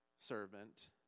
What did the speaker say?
servant